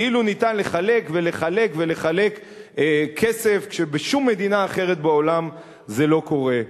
כאילו אפשר לחלק ולחלק ולחלק כסף כשבשום מדינה אחרת בעולם זה לא קורה.